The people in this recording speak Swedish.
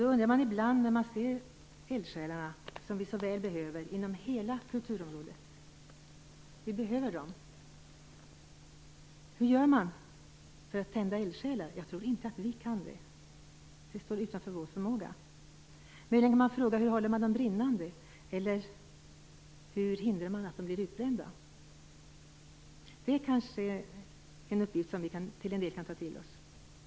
Man undrar ibland när man ser de eldsjälar som vi så väl behöver inom hela kulturområdet: Hur gör man för att tända eldsjälar? Jag tror inte att vi kan det. Det står utanför vår förmåga. Men hur håller man dem brinnande, eller hur hindrar man att de blir utbrända? Det kanske är en uppgift som vi till en del kan ta till oss.